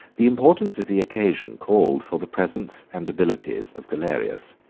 the importance of the occasion called for the presence and abilities of galerius.